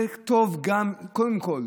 קודם כול,